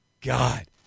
God